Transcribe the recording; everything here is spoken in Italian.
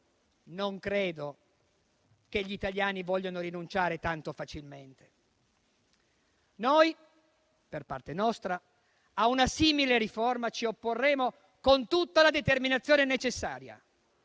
non credo che gli italiani vogliano rinunciare tanto facilmente. Noi, per parte nostra, a una simile riforma ci opporremo con tutta la determinazione necessaria